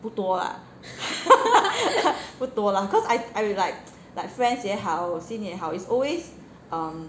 不多 lah 不多 lah cause I I like like friends 也好新也好 is always